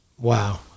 Wow